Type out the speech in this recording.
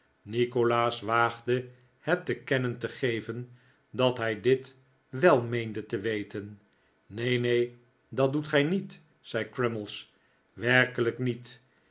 nikolaas waagde het te kennen te geven dat hij dit wel meende te weten neen neen dat doet gij niet zei crummies werkelijk niet